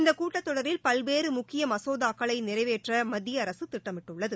இந்த கூட்டத் தொடரில் பல்வேறு முக்கிய மசோதாக்களை நிறைவேற்ற மத்திய அரசு திட்டமிட்டுள்ளது